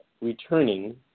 returning